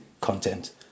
content